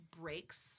breaks